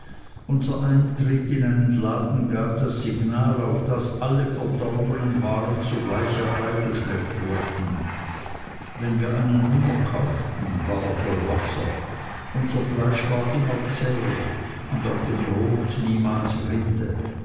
unser eintritt in einen laden gab das signal auf das alle verdorbenen waren sogleich herbeigeschleppt wurden wenn wir einen hummer kauften war er voll wasser unser fleisch war immer zäh und auf dem brot niemals rinde